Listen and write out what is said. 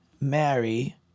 marry